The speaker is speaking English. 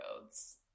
roads